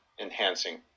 enhancing